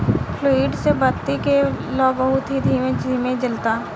fluid से बत्ती के लौं बहुत ही धीमे धीमे जलता